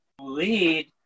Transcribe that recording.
lead